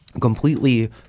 completely